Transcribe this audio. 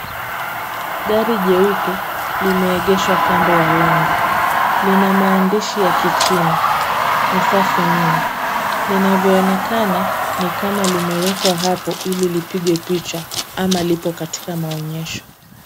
Gari jeupe limeegeshwa kando ya lango. Lina maandishi ya Kichina, ni safi mno. Linavyoonekana, ni kama limewekwa hapo ili lipigwe picha ama lipo katika maonyesho.